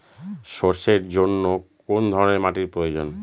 সরষের জন্য কোন ধরনের মাটির প্রয়োজন?